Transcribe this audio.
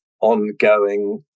ongoing